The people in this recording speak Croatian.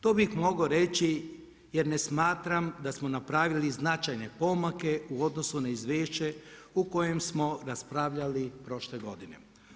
To bih mogao reći jer ne smatram da smo napravili značajne pomake u odnosu na Izvješće o kojem smo raspravljali prošle godine.